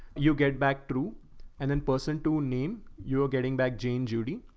you get back through and then person to name, you're getting back. jane judy.